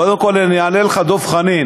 קודם כול אני אענה לך, דב חנין.